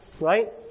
right